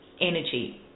energy